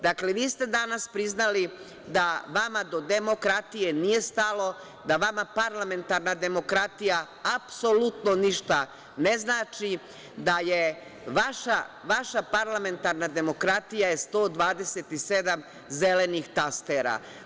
Dakle, vi ste danas priznali da vama do demokratije nije stalo, da vama parlamentarna demokratija apsolutno ne znači, da je vaša parlamentarna demokratija 127 zelenih tastera.